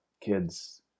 kids